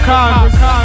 Congress